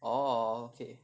orh okay